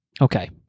Okay